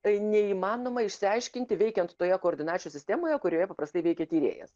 neįmanoma išsiaiškinti veikiant toje koordinačių sistemoje kurioje paprastai veikia tyrėjas